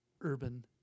urban